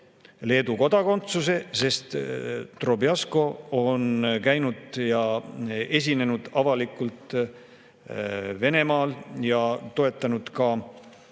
Leedu kodakondsuse, sest Drobiazko on käinud ja esinenud avalikult Venemaal ja toetanud ka